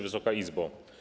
Wysoka Izbo!